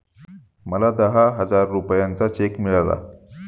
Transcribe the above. मला दहा हजार रुपयांचा चेक मिळाला